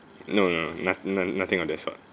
no no no not~ nothing on that's all